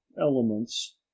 elements